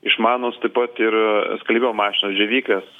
išmanūs taip pat ir skalbimo mašinos džiovyklės